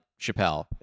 Chappelle